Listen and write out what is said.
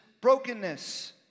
brokenness